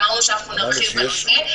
אמרנו שנרחיב בנושא.